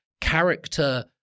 character